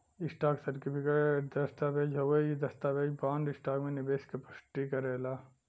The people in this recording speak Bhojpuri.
स्टॉक सर्टिफिकेट एक दस्तावेज़ हउवे इ दस्तावेज बॉन्ड, स्टॉक में निवेश क पुष्टि करेला